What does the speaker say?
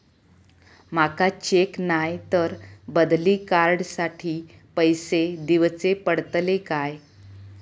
माका चेक नाय तर बदली कार्ड साठी पैसे दीवचे पडतले काय?